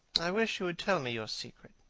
i wish you would tell me your secret.